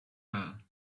her